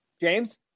James